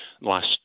last